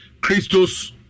christos